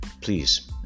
please